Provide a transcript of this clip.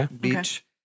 Beach